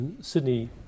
Sydney